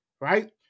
right